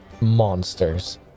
monsters